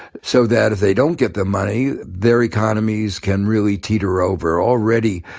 so that if they don't get them money, their economies can really teeter over. already,